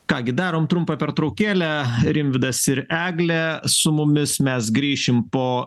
ką gi darom trumpą pertraukėlę rimvydas ir eglė su mumis mes grįšim po